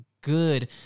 good